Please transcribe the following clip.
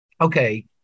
okay